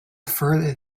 further